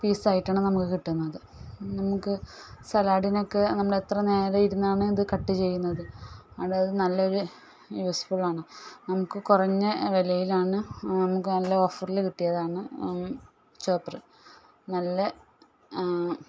പീസായിട്ടാണ് നമുക്ക് കിട്ടുന്നത് നമുക്ക് സലാഡിനൊക്കെ നമ്മൾ എത്ര നേരം ഇരുന്നാണ് ഇത് കട്ട് ചെയ്യുന്നത് അതായത് നല്ലൊരു യൂസ്ഫുൾ ആണ് നമുക്ക് കുറഞ്ഞ വിലയിലാണ് നമുക്ക് നല്ല ഓഫറിൽ കിട്ടിയതാണ് ചോപ്പറ് നല്ല